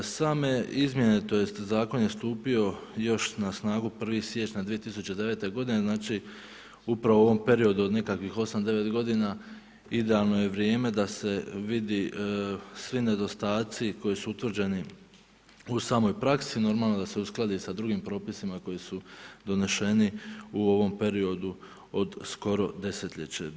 Same izmjene, tj. zakon je stupio još na snagu 1. siječnja 2009. godine, znači upravo u ovom periodu od nekakvih 8, 9 godina idealno je vrijeme da se vidi svi nedostaci koji su utvrđeni u samoj praksi, normalno da se uskladi i sa drugim propisima koji su doneseni u ovom periodu od skoro desetljeće.